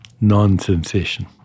non-sensation